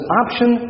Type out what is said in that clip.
option